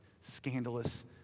scandalous